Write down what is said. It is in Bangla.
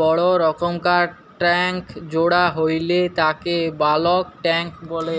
বড় রকমকার ট্যাংক জোড়া হইলে তাকে বালক ট্যাঁক বলে